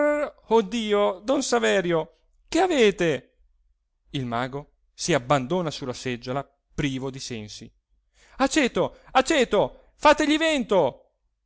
dio don saverio che avete il mago si abbandona sulla seggiola privo di sensi aceto aceto fategli vento